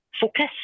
focus